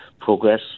progress